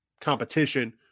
competition